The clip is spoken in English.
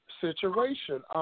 situation